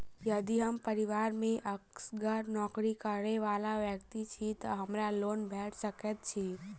यदि हम परिवार मे असगर नौकरी करै वला व्यक्ति छी तऽ हमरा लोन भेट सकैत अछि?